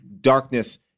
darkness